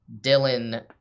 Dylan